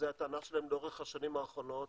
וזאת הטענה שלהם לאורך השנים האחרונות